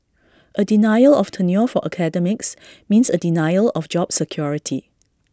A denial of tenure for academics means A denial of job security